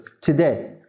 today